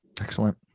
Excellent